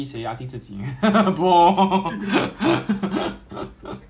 police 我不懂有没有这个 chance ah 因为 police 比较 local 的